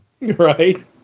Right